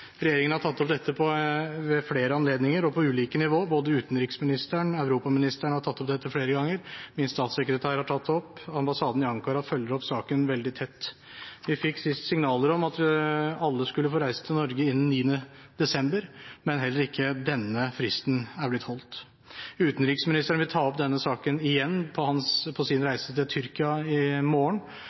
Regjeringen har tatt opp dette ved flere anledninger og på ulike nivå, både utenriksministeren og europaministeren har tatt opp dette flere ganger, min statssekretær har tatt det opp, og ambassaden i Ankara følger opp saken veldig tett. Vi fikk sist signaler om at alle skulle få reise til Norge innen 9. desember, men heller ikke denne fristen er blitt holdt. Utenriksministeren vil ta opp denne saken igjen på sin reise til Tyrkia i morgen